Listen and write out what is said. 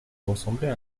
ressemblait